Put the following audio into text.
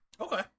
Okay